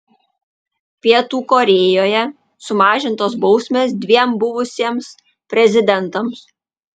pietų korėjoje sumažintos bausmės dviem buvusiems prezidentams